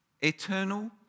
eternal